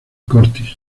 curtis